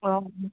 অ'